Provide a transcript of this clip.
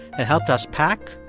and helped us pack,